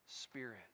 Spirit